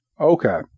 Okay